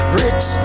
rich